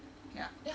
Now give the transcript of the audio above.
ya